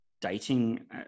dating